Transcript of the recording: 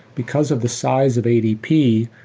because of the size of adp,